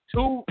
Two